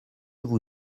vous